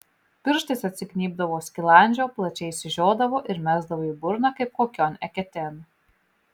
pirštais atsignybdavo skilandžio plačiai išsižiodavo ir mesdavo į burną kaip kokion eketėn